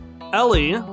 Ellie